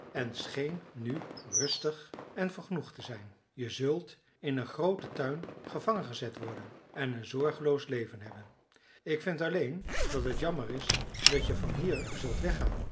en scheen nu rustig en vergenoegd te zijn je zult in een grooten tuin gevangen gezet worden en een zorgeloos leven hebben ik vind alleen dat het jammer is dat je van hier zult weggaan